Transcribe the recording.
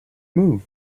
move